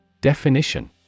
Definition